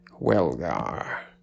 Welgar